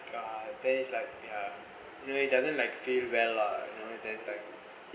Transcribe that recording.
then is like ya you know it doesn't like feel well lah then like